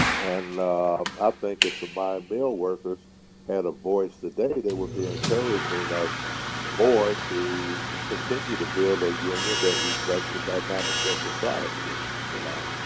and i ah think if the mine mill workers had a voice today, they would be encouraging us board to continue to build a union that reflects the dynamics of society. you know?